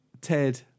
Ted